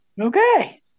Okay